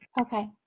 Okay